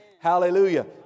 Hallelujah